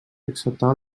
acceptava